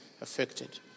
affected